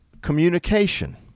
communication